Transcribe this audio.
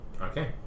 Okay